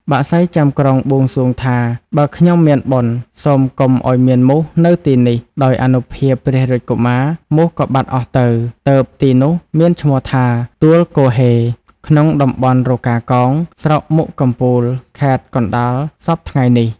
បក្សីចាំក្រុងបួងសួងថា "បើខ្ញុំ មានបុណ្យ សូមកុំឲ្យមានមូសនៅទីនេះ" ដោយអនុភាពព្រះរាជកុមារ មូសក៏បាត់អស់ទៅ ទើបទីនោះមានឈ្មោះថា "ទួលគហ៊េ" ក្នុងតំបន់រកាកោង ស្រុកមុខកំពូលខេត្តកណ្តាលសព្វថៃ្ងនេះ។